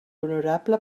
honorable